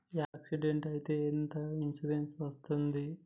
Accident అయితే ఎంత insurance వస్తది?